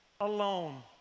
alone